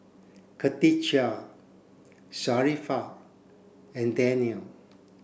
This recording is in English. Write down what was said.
Katijah Sharifah and Danial